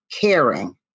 caring